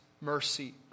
mercy